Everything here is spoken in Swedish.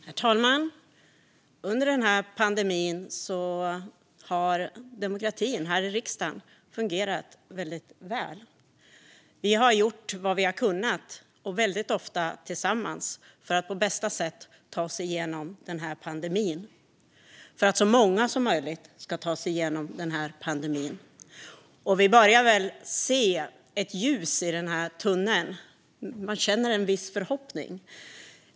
Herr talman! Under den här pandemin har demokratin här i riksdagen fungerat väldigt väl. Vi har gjort vad vi har kunnat, ofta tillsammans, för att på bästa sätt ta oss igenom pandemin och för att så många som möjligt ska ta sig igenom pandemin. Vi börjar väl se ett ljus i tunneln. Man känner en viss förhoppning.